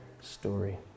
story